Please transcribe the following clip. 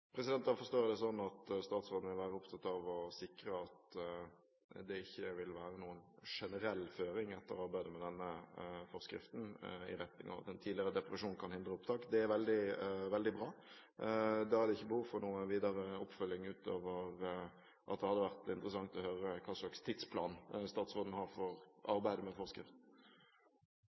forstår jeg det sånn at statsråden vil være opptatt av å sikre at det ikke vil være noen generell føring, etter arbeidet med denne forskriften, i retning av at en tidligere depresjon kan hindre opptak. Det er veldig bra. Da er det ikke behov for noen videre oppfølging utover at det hadde vært interessant å høre hva slags tidsplan statsråden har for arbeidet med